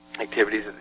activities